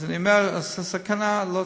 אני אומר, זה סכנה,